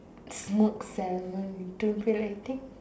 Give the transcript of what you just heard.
smoked Salmon you don't feel like eating